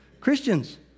Christians